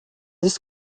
just